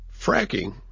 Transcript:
Fracking